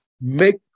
Make